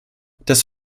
das